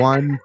One